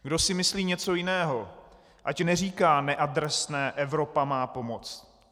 Kdo si myslí něco jiného, ať neříká neadresné: Evropa má pomoct.